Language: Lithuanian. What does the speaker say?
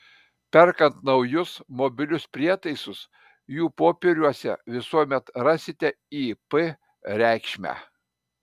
perkant naujus mobilius prietaisus jų popieriuose visuomet rasite ip reikšmę